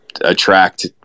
attract